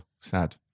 sad